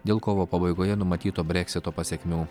dėl kovo pabaigoje numatyto breksito pasekmių